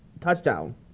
touchdown